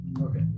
Okay